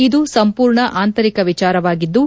ಇದು ಸಂಪೂರ್ಣ ಆಂತರಿಕ ವಿಚಾರವಾಗಿದ್ದು